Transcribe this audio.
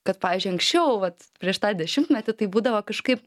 kad pavyzdžiui anksčiau vat prieš tą dešimtmetį tai būdavo kažkaip